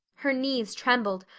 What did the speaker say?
her knees trembled,